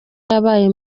yabaye